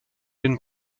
den